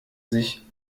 sich